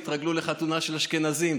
תתרגלו לחתונה של אשכנזים.